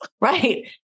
Right